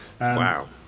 Wow